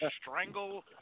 Strangle